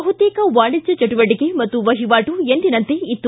ಬಹುತೇಕ ವಾಣಿಜ್ಯ ಚಟುವಟಿಕೆ ಮತ್ತು ವಹಿವಾಟು ಎಂದಿನಂತೆ ಇತ್ತು